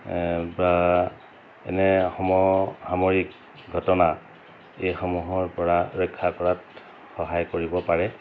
বা এনে সম সামৰিক ঘটনা এইসমূহৰ পৰা ৰক্ষা কৰাত সহায় কৰিব পাৰে